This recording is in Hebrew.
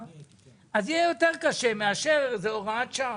יהיה יותר קשה ולא כך זה כשזאת הוראת שעה.